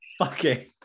Okay